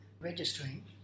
Registering